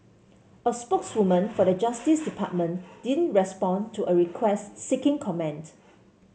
a spokeswoman for the Justice Department didn't respond to a request seeking comment